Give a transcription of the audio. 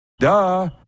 Duh